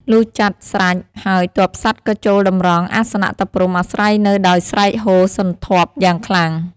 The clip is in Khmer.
លុះចាត់ស្រេចហើយទ័ពសត្វក៏ចូលតម្រង់ អាសនៈតាព្រហ្មអាស្រ័យនៅដោយស្រែកហ៊ោសន្ធាប់យ៉ាងខ្លាំង។